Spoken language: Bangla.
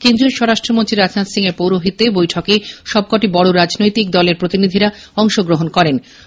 কেন্দ্রীয় স্বরাষ্ট্রমন্ত্রী রাজনাথ সিং এর পৌরোহিত্যে বৈঠকে সবকটি বড় রাজনৈতিক দলের প্রতিনিধিরা অংশগ্রহণ করেন